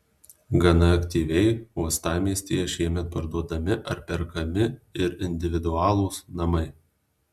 gana aktyviai uostamiestyje šiemet parduodami ar perkami ir individualūs namai